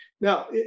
now